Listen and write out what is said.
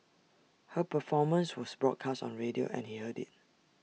her performance was broadcast on radio and he heard IT